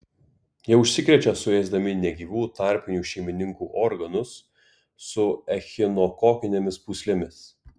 jie užsikrečia suėsdami negyvų tarpinių šeimininkų organus su echinokokinėmis pūslėmis